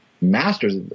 masters